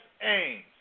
aims